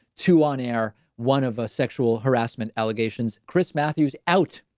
to on air, one of ah sexual harassment allegations chris matthews out